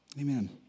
Amen